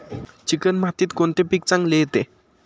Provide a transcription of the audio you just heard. Chicken मातीत कोणते पीक चांगले येते?